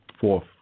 Fourth